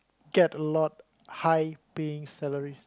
get a lot high paying salary